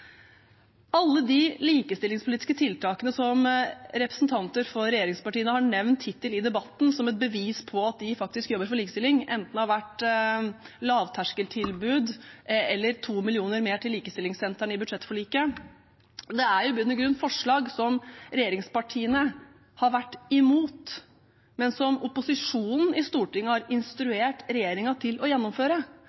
Alle de likestillingspolitiske tiltakene som representanter for regjeringspartiene har nevnt hittil i debatten som et bevis på at de jobber for likestilling – enten det har vært lavterskeltilbud eller 2 mill. kr mer til likestillingssentrene i budsjettforliket – er i bunn og grunn forslag som regjeringspartiene har vært imot, men som opposisjonen i Stortinget har